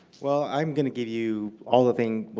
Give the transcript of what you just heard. well, i'm going to give you all the things well,